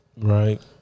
Right